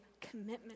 commitment